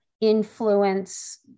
influence